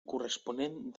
corresponent